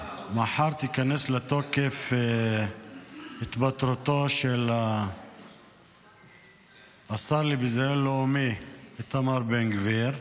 מחר תיכנס לתוקף התפטרותו של השר לביזיון לאומי איתמר בן גביר.